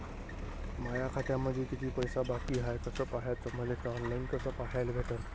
माया खात्यामंधी किती पैसा बाकी हाय कस पाह्याच, मले थे ऑनलाईन कस पाह्याले भेटन?